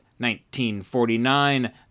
1949